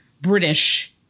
British